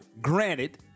Granted